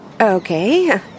Okay